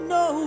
no